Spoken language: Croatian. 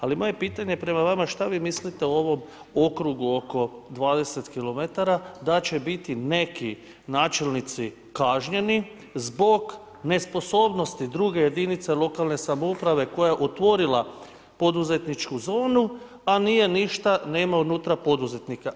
Ali moje je pitanje prema vama šta vi mislite o ovom okrugu oko 20 km da će biti neki načelnici kažnjeni zbog nesposobnosti druge jedinice lokalne samouprave koja je otvorila poduzetničku zonu, a nije ništa, nema unutra poduzetnika.